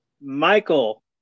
Michael